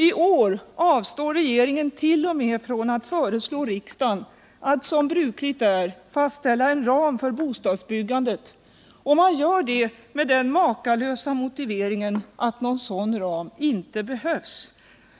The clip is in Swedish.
I år avstår regeringen t.o.m. från att föreslå riksdagen att som brukligt är fastställa en ram för bostadsbyggandet, och det med den makalösa motiveringen att någon sådan ram inte behövs.